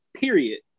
period